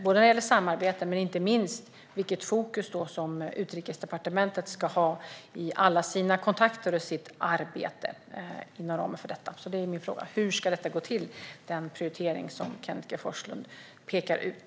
Min fråga gäller både samarbete och vilket fokus Utrikesdepartementet ska ha i alla sina kontakter och sitt arbete inom ramen för detta. Hur ska det gå till att driva den prioritering som Kenneth G Forslund pekar ut?